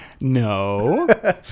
No